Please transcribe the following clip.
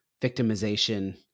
victimization